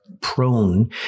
prone